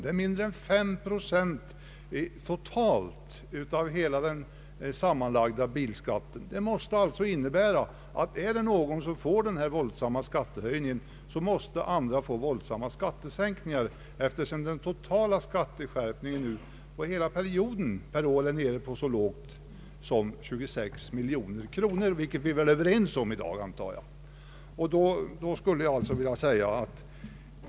Det är totalt mindre än 5 procent av den sammanlagda bilskatten. Det måste innebära att om det är någon som får denna våldsamma skattehöjning, så måste andra få våldsamma skattesänkningar, eftersom den totala skatteskärpningen under hela perioden ligger så lågt som 26 miljoner kronor per år, vilket jag antar att vi är överens om i dag.